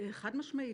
חד-משמעית.